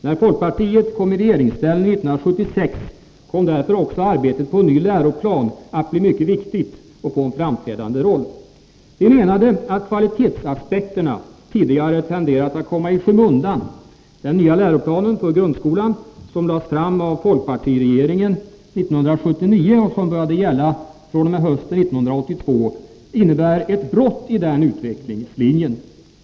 När folkpartiet kom i regeringsställning 1976 blev därför också arbetet på en ny läroplan mycket viktigt och fick en framträdande roll. Vi menade att kvalitetsaspekterna tidigare tenderat att komma i skymundan. Den nya läroplanen för grundskolan, som lades fram av folkpartiregeringen 1979 och som började gälla fr.o.m. hösten 1982, innebar ett brott i den utvecklingslinjen.